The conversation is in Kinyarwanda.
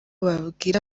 babwira